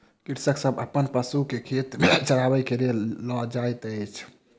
कृषक सभ अपन पशु के खेत में चरबै के लेल लअ जाइत अछि